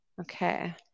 Okay